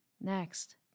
Next